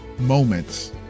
moments